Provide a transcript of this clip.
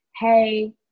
hey